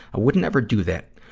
i would never do that,